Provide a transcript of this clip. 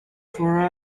for